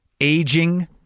Aging